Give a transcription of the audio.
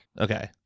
okay